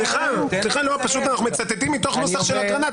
סליחה, פשוט אנחנו מצטטים מתוך נוסח של אגרנט.